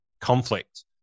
conflict